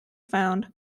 found